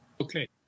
Okay